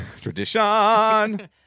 Tradition